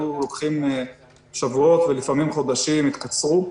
לוקחים שבועות ולפעמים חודשים התקצרו.